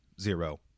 zero